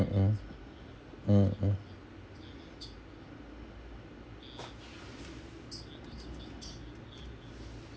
mm mmhmm